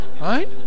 right